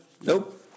Nope